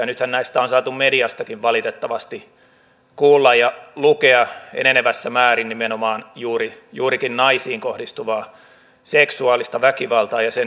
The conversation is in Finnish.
nythän näistä on saatu mediastakin valitettavasti kuulla ja lukea enenevässä määrin nimenomaan juurikin naisiin kohdistuvasta seksuaalisesta väkivallasta ja sen yrittämisestä